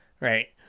Right